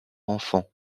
enfants